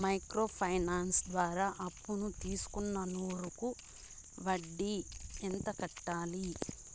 Micro finance ద్వారా అప్పును తీసుకున్న నూరు కి వడ్డీ ఎంత కట్టాలి?